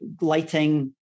lighting